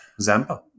Zampa